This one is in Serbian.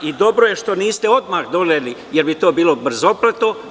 Dobro je što niste odmah doneli, jer bi to bilo brzopleto.